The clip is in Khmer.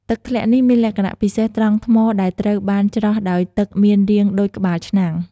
ទឹកធ្លាក់នេះមានលក្ខណៈពិសេសត្រង់ថ្មដែលត្រូវបានច្រោះដោយទឹកមានរាងដូចក្បាលឆ្នាំង។